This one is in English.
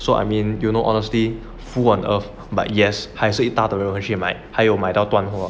so I mean honestly who on earth like yes 还是一大的人会去买还有买到断货